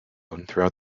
throughout